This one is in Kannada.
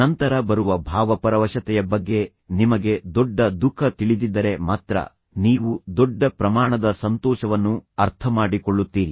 ನಂತರ ಬರುವ ಭಾವಪರವಶತೆಯ ಬಗ್ಗೆ ನಿಮಗೆ ದೊಡ್ಡ ದುಃಖ ತಿಳಿದಿದ್ದರೆ ಮಾತ್ರ ನೀವು ದೊಡ್ಡ ಪ್ರಮಾಣದ ಸಂತೋಷವನ್ನು ಅರ್ಥಮಾಡಿಕೊಳ್ಳುತ್ತೀರಿ